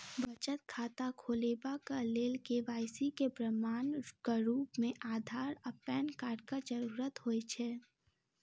बचत खाता खोलेबाक लेल के.वाई.सी केँ प्रमाणक रूप मेँ अधार आ पैन कार्डक जरूरत होइ छै